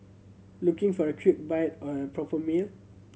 looking for a quick bite or a proper meal